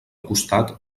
costat